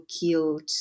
killed